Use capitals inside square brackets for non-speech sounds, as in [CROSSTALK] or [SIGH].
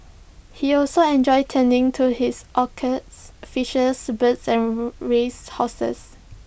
he also enjoyed tending to his orchids fishes birds and [UNINTELLIGIBLE] race horses